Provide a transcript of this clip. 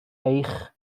eich